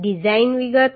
design વિગતો